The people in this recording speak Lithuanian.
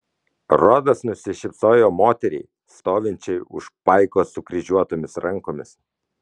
rodas nusišypsojo moteriai stovinčiai už paiko sukryžiuotomis rankomis